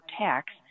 tax